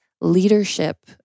leadership